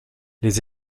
les